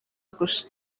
gusa